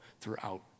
throughout